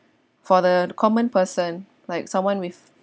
for the common person like someone with